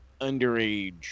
underage